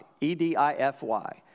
E-D-I-F-Y